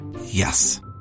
Yes